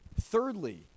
Thirdly